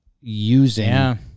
using